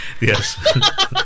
Yes